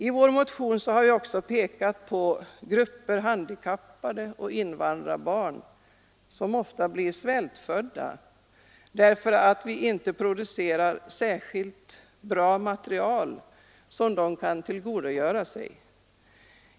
I vår motion har vi också pekat på grupper som ofta blir svältfödda — exempelvis handikappade och invandrarbarn — därför att vi inte producerar särskilt bra material, som de kan tillgodogöra sig.